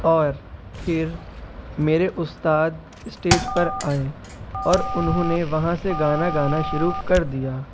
اور پھر میرے استاد اسٹیج پر آئے اور انہوں نے وہاں سے گانا گانا شروع کر دیا